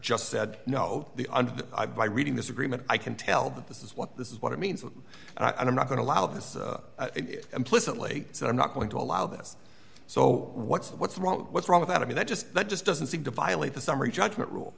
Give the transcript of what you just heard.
just said no the under i by reading this agreement i can tell that this is what this is what it means and i'm not going to allow this implicitly that i'm not going to allow this so what's the what's wrong what's wrong with that i mean that just that just doesn't seem to violate the summary judgment rule